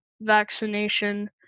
vaccination